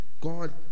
God